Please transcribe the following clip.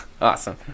Awesome